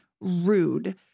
rude